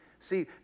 See